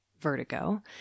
vertigo